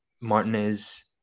Martinez